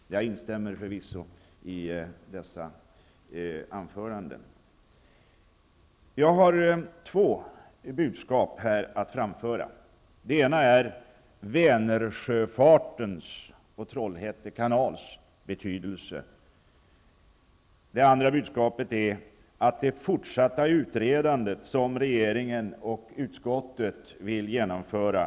Jag instämmer förvisso i detta. Jag har två budskap att framföra. Det ena handlar om Vänersjöfartens och Trollhätte kanals betydelse. Det andra budskapet handlar om det fortsatta utredande som regeringen och utskottet vill genomföra.